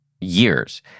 years